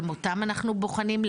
גם אותם אנחנו בוחנים,